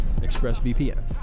ExpressVPN